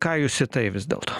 ką jūs į tai vis dėlto